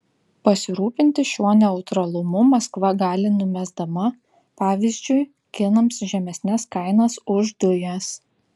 pasirūpinti šiuo neutralumu maskva gali numesdama pavyzdžiui kinams žemesnes kainas už dujas